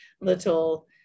little